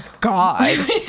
God